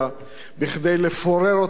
כדי לפורר אותה מבפנים,